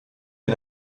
der